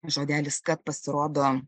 žodelis kad pasirodo